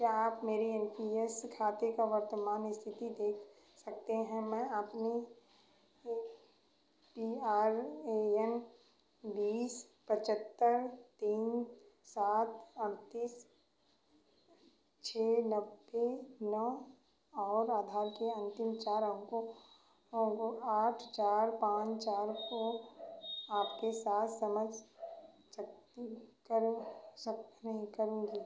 क्या आप मेरे एन पी एस खाते की वर्तमान स्थिति देख सकते हैं मैं अपने पी आर ए एन बीस पचहत्तर तीन सात अड़तीस छः नब्बे नौ और आधार के अंतिम चार अंकों आठ चार पाँच चार को आपके साथ समझ करूंगी